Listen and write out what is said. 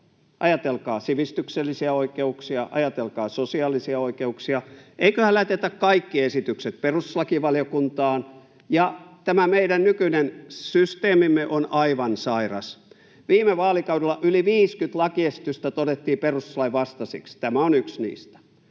Ajatelkaa sivistyksellisiä oikeuksia, ajatelkaa sosiaalisia oikeuksia. Eiköhän lähetetä kaikki esitykset perustuslakivaliokuntaan. Tämä meidän nykyinen systeemimme on aivan sairas. Viime vaalikaudella yli 50 lakiesitystä todettiin perustuslain vastaiseksi, tämä on yksi niistä